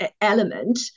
element